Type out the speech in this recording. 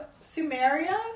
Sumeria